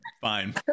fine